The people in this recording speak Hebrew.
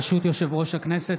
ברשות יושב-ראש הכנסת,